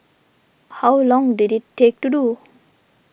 how long did it take to do